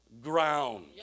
ground